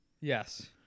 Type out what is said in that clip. Yes